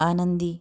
आनंदी